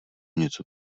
něco